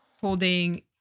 holding